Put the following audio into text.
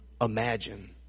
imagine